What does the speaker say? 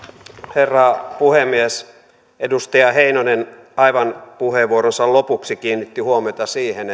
herra puhemies edustaja heinonen aivan puheenvuoronsa lopuksi kiinnitti huomiota siihen